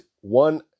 one